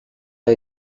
are